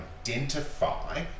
identify